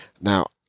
now